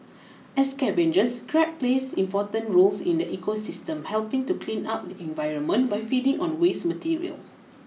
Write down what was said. as scavengers crab plays important roles in the ecosystem helping to clean up the environment by feeding on waste material